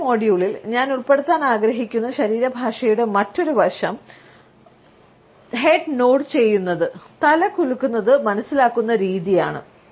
ഇന്നത്തെ മൊഡ്യൂളിൽ ഞാൻ ഉൾപ്പെടുത്താൻ ആഗ്രഹിക്കുന്ന ശരീരഭാഷയുടെ മറ്റൊരു വശം ഒരാൾ തല നോഡ് ചെയ്യുന്നതും തല കുലുക്കുന്നതു മനസ്സിലാക്കുന്ന രീതിയും ആണ്